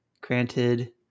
granted